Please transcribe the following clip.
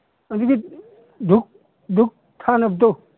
ꯑꯗꯨꯗꯤ ꯙꯨꯞ ꯙꯨꯞ ꯊꯥꯅꯕꯗꯣ